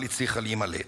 אבל הצליחה להימלט.